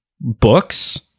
books